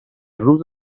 روز